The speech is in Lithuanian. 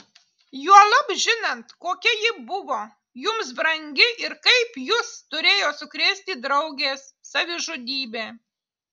juolab žinant kokia ji buvo jums brangi ir kaip jus turėjo sukrėsti draugės savižudybė